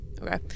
okay